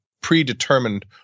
predetermined